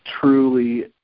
truly